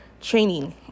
training